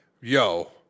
yo